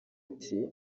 ati